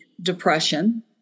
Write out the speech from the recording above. depression